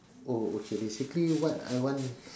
oh okay basically what I want